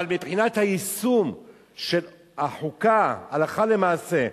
אבל מבחינת היישום של החוקה הלכה למעשה,